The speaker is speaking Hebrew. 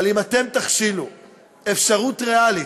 אבל אם אתם תכשילו אפשרות ריאלית,